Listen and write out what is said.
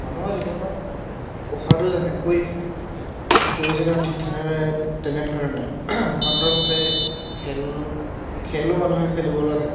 মানুহৰ জীৱনত পঢ়াটো যেনেকৈ অতি প্ৰয়োজনীয় ঠিক তেনেদৰে তেনেধৰণে সমান্তৰালভাৱে খেল খেলো মানুহে খেলিব লাগে